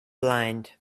blind